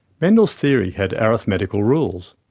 mendel's theory had arithmetical rules.